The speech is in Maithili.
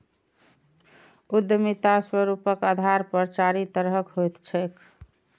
उद्यमिता स्वरूपक आधार पर चारि तरहक होइत छैक